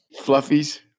fluffies